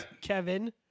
Kevin